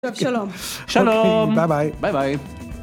שלום שלום ביי ביי ביי